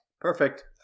Perfect